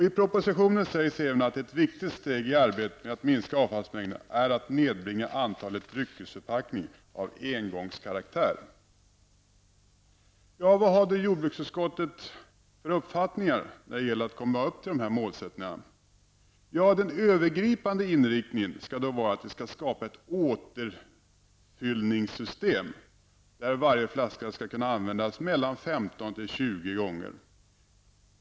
I propositionen sägs även att ett viktigt steg i arbetet med att minska avfallsmängden är att nedbringa antalet dryckesförpackningar av engångskaraktär. Vad har då jordbruksutskottets uppfattning varit för att uppfylla dessa målsättningar? Den övergripande inriktningen skall vara att det skall skapas ett återfyllningssystem. Där skall varje flaska kunna användas 15--20 gånger.